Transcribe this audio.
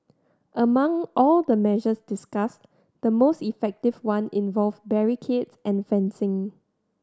among all the measures discussed the most effective one involved barricades and fencing